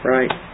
Right